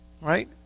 Right